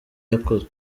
yakoze